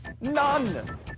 None